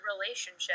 relationship